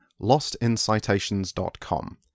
lostincitations.com